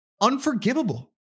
unforgivable